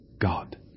God